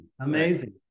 Amazing